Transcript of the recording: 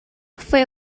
fue